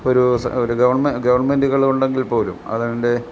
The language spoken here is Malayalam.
ഒരൂ ഒരു ഗവൺമെൻ്റുകൾ ഉണ്ടെങ്കിൽപോലും അതിൻ്റെ